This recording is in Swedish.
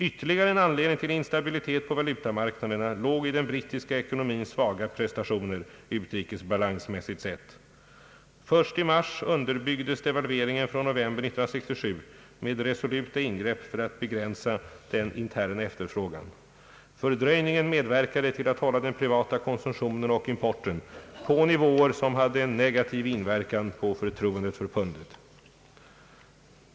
Ytterligare en anledning till instabilitet på valutamarknaderna låg i den brittiska ekonomins svaga prestationer, utrikesbalansmässigt sett. Först i mars underbyggdes devalveringen från november 1967 med resoluta ingrepp för att begränsa den interna efterfrågan. Fördröjningen medverkade till att hålla den privata konsumtionen och importen på nivåer som hade en negativ inverkan på förtroendet för pundet.